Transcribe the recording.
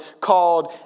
called